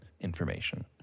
information